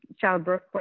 childbirth